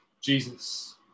Jesus